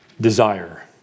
desire